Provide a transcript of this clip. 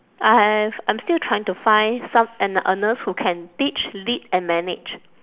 I have I'm still trying to find some an a nurse who can teach lead and manage